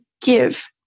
give